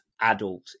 adult